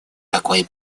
такой